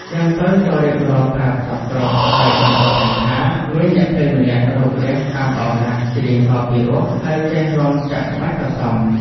នាងពៅក៏រៀបរាប់ប្រាប់សព្វគ្រប់ ហើយបានបន្ថែមថា មានអ្នកភ្លេងម្នាក់រូបរាងស្អាតល្អណាស់ ច្រៀងក៏ពិរោះ ហើយចេះរាំចាក់ក្បាច់ក៏សម